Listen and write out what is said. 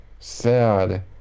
sad